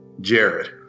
Jared